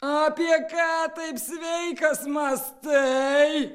apie ką taip sveikas mąstai